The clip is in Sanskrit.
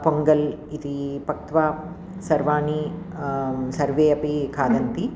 पोङ्गल् इति पक्त्वा सर्वाणि सर्वे अपि खादन्ति